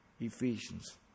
Ephesians